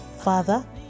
father